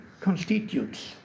constitutes